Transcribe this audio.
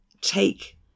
take